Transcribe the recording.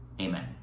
amen